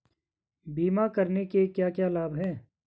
बीमा करने के क्या क्या लाभ हैं?